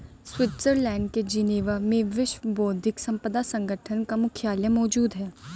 Switzerland के Geneva में विश्व बौद्धिक संपदा संगठन का मुख्यालय मौजूद है